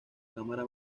cámara